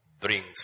brings